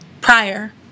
prior